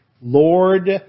Lord